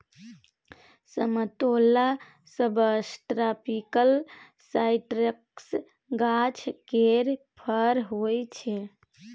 समतोला सबट्रापिकल साइट्रसक गाछ केर फर होइ छै